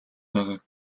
байгааг